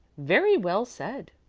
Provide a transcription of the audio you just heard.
very well said,